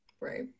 Right